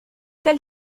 tel